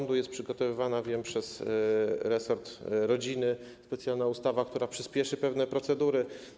Wiem, że jest przygotowywana przez resort rodziny specjalna ustawa, która przyspieszy pewne procedury.